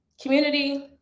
community